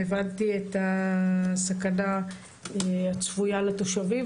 והבנתי את הסכנה הצפויה לתושבים.